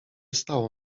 stało